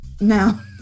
Now